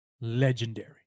legendary